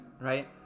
Right